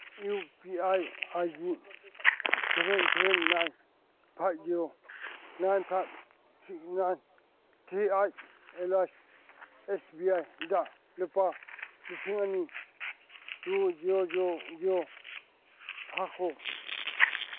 U P I I D seven seven nine five zero nine five six nine three eight at the rate S B ꯑꯥꯏꯗ ꯂꯨꯄꯥ ꯂꯤꯁꯤꯡ ꯑꯅꯤ two zero zero zero ꯊꯥꯈꯣ